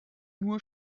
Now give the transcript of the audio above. nur